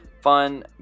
fun